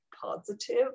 positive